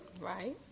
Right